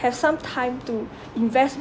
have some time to invest